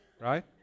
right